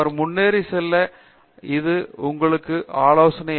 அவர் முன்னேறி செல்ல இது உங்கள் ஆலோசனையாகும்